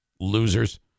Losers